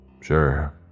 Sure